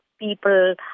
people